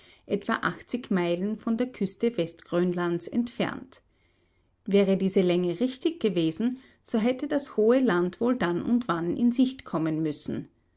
etwa achtzig meilen von der küste westgrönlands entfernt wäre diese länge richtig gewesen so hätte das hohe land wohl dann und wann in sicht kommen müssen